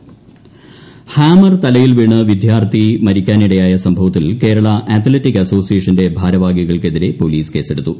hammer മരണം hammer തലയിൽ വീണ് വിദ്യാർത്ഥി മരിക്കാനിടയായ സംഭവത്തിൽ കേരള അത്ലറ്റിക് അസോസിയേഷന്റെ ഭാരവാഹികൾക്കെതിരെ പൊലീസ് കേസെടുത്തു